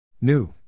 New